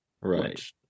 Right